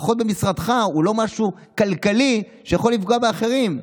לפחות משרדך הוא לא משהו כלכלי שיכול לפגוע באחרים.